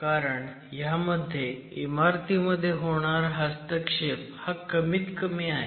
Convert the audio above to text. कारण ह्यामध्ये इमारतीमध्ये होणारा हस्तक्षेप हा कमीत कमी आहे